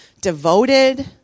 devoted